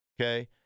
okay